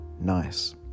Nice